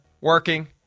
working